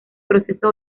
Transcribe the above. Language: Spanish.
proceso